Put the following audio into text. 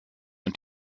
und